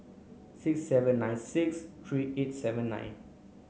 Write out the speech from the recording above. six seven nine six three eight seven nine